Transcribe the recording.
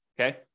okay